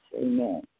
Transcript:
amen